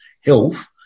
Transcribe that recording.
health